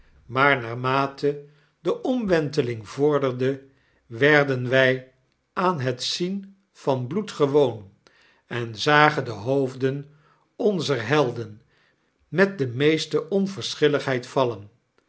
maar naarmate de omwentelingvorderde werden wy aan het zien van bloed gewoon enzagen de hoofden onzer helden met de meeste onverschilligheid vallen